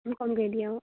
কম কম কৈ দিয়ে অঁ